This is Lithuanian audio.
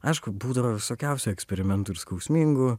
aišku būdavo visokiausių eksperimentų ir skausmingų